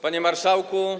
Panie Marszałku!